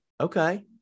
Okay